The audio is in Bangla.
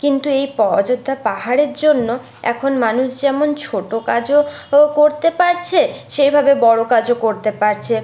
কিন্তু এই অয্যোধ্যা পাহাড়ের জন্য এখন মানুষ যেমন ছোট কাজও ও করতে পারছে সেইভাবে বড় কাজও করতে পারছে